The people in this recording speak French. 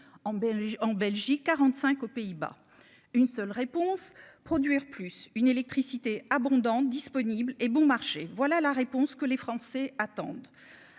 en Belgique 45 aux Pays-Bas, une seule réponse : produire plus une électricité abondante disponible et bon marché, voilà la réponse que les Français attendent,